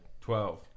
Twelve